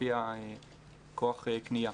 לפי כוח הקנייה.